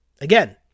Again